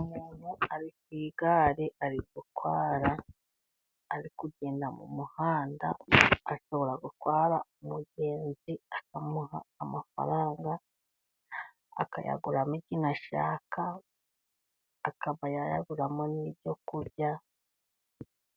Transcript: Umuntu ari ku igare ari gutwara, ari kugenda mu muhanda ,ashobora gutwara umugenzi akamuha amafaranga ,akayaguramo ikintu ashaka, akaba yayaguramo n'ibyo kurya